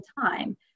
time